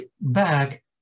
back